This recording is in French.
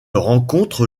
rencontre